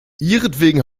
ihretwegen